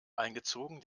eingezogen